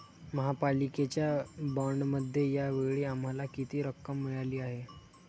महापालिकेच्या बाँडमध्ये या वेळी आम्हाला किती रक्कम मिळाली आहे?